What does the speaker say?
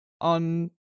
on